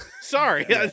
Sorry